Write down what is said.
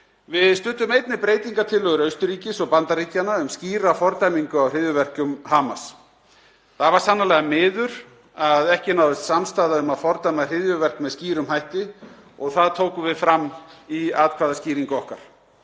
Við studdum einnig breytingartillögur Austurríkis og Bandaríkjanna um skýra fordæmingu á hryðjuverkum Hamas. Það var sannarlega miður að ekki náðist samstaða um að fordæma hryðjuverk með skýrum hætti og það tókum við fram í atkvæðaskýringu okkar.